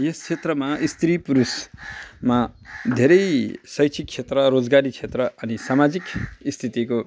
यस क्षेत्रमा स्त्री पुरुषमा धेरै शैक्षिक क्षेत्र रोजगारी क्षेत्र अनि सामाजिक स्थितिको